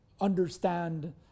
understand